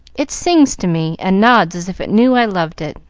it sings to me, and nods as if it knew i loved it.